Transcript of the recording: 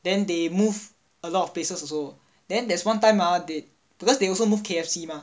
then they move a lot of places also then there's one time ah because they also move K_F_C mah